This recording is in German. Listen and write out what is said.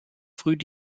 früh